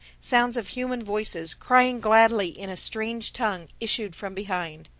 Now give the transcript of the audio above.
sounds of human voices, crying gladly in a strange tongue, issued from behind.